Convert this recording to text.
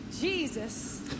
Jesus